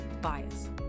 bias